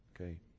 okay